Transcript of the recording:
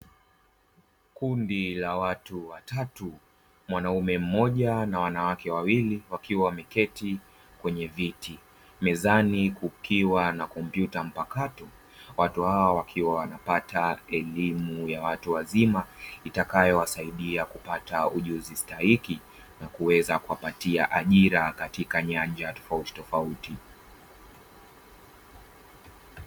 Kundi la watu watatu, mwanaume mmoja na wanawake wawili. Wakiwa wameketi kwenye viti, mezani kukiwa na kompyuta mpakato. Watu hawa wakiwa wanapata elimu ya watu wazima, itakayowasaidia kupata ujuzi stahiki na kuweza kuwapatia ajira katika nyanja tofautitofauti.